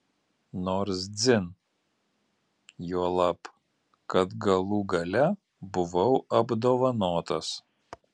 nors dzin juolab kad galų gale buvau apdovanotas